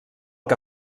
que